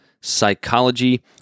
psychology